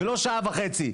ולא שעה וחצי.